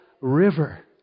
river